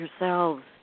yourselves